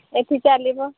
ଏଠି ଚାଲିବ